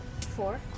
Four